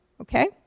okay